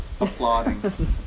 applauding